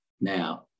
now